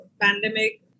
pandemic